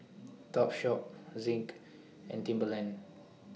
Topshop Zinc and Timberland